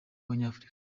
abanyafurika